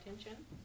attention